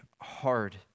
hard